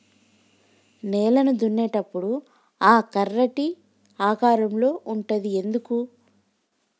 నేలను దున్నేటప్పుడు ఆ కర్ర టీ ఆకారం లో ఉంటది ఎందుకు?